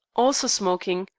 also smoking,